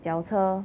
脚车